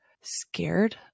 scared